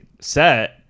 set